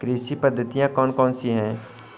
कृषि पद्धतियाँ कौन कौन सी हैं?